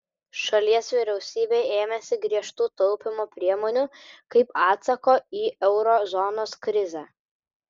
šalies vyriausybė ėmėsi griežtų taupymo priemonių kaip atsako į euro zonos krizę